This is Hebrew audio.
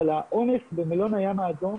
האונס במלון הים האדום.